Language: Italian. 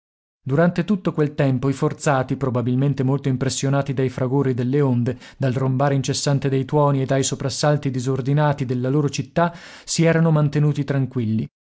durante tutto quel tempo i forzati probabilmente molto impressionati dai fragori delle onde dal rombare incessante dei tuoni e dai soprassalti disordinati della loro città si erano mantenuti tranquilli